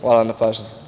Hvala na pažnji.